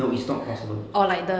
no it's not possible